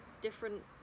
different